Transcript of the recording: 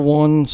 one